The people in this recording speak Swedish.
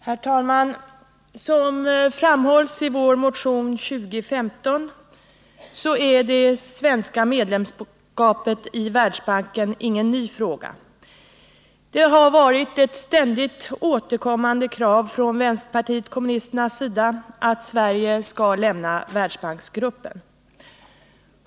Herr talman! Som framhålls i vår motion 2015 är det svenska medlemskapet i Världsbanken ingen ny fråga. Det har varit ett ständigt återkommande krav från vänsterpartiet kommunisternas sida att Sverige skall lämna Världsbanksgruppen.